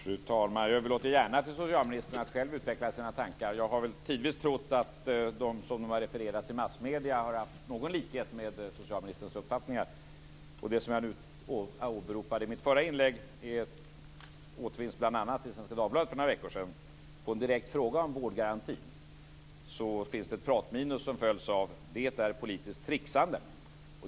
Fru talman! Jag överlåter gärna till socialministern att själv utveckla sina tankar. Jag har väl tidvis trott att det som har redovisats i massmedierna har haft någon likhet med socialministerns uppfattning. Det som jag åberopade i mitt förra inlägg återfanns i bl.a. Svenska Dagbladet för några veckor sedan på en direkt fråga om vårdgarantin. Där finns det ett pratminus som följs av: Det är politiskt trixande.